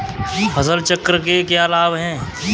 फसल चक्र के क्या लाभ हैं?